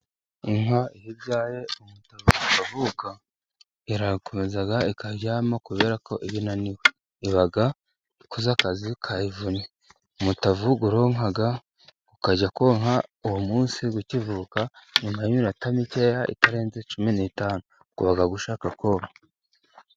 Inka iyo yabyaye umutavu ukavuka irakomeza ikaryama, kubera ko iba inaniwe, iba ikoze akazi kavunnye umutavu uronka, ukajya konka uwo munsi ukivuka, nyuma y'iminota mike itarenze cumi n' itanu uba ushaka konka.